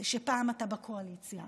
זה שפעם אתה בקואליציה